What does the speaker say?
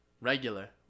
Regular